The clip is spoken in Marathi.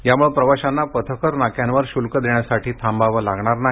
यामुळं प्रवाशांना पथकर नाक्यांवर शुल्क देण्यासाठी थांबावं लागणार नाही